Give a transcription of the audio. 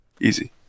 Easy